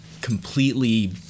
completely